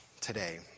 today